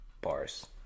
Bars